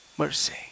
Mercy